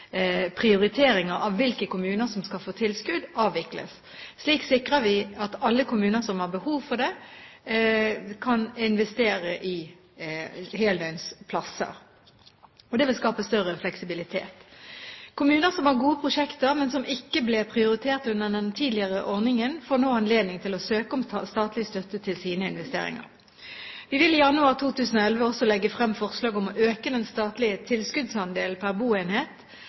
prioriteringer av hvilke kommuner som skal få tilskudd, avvikles. Slik sikrer vi at alle kommuner som har behov for det, kan investere i heldøgnsplasser. Dette vil skape større fleksibilitet. Kommuner som har gode prosjekter, men som ikke ble prioritert under den tidligere ordningen, får nå anledning til å søke om statlig støtte til sine investeringer. Vi vil i januar 2011 også legge frem forslag om å øke den statlige tilskuddsandelen per boenhet.